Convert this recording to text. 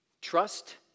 Trust